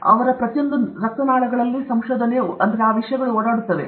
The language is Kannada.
ಆದ್ದರಿಂದ ಇವುಗಳು ಹಗುರವಾದ ರಕ್ತನಾಳಗಳಲ್ಲಿವೆ